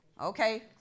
Okay